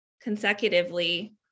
consecutively